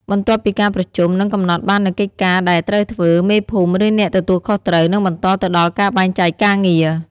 បន្ទាប់ពីការប្រជុំ និងកំណត់បាននូវកិច្ចការដែលត្រូវធ្វើ មេភូមិ ឬអ្នកទទួលខុសត្រូវ នឹងបន្តទៅដល់ការបែងចែកការងារ។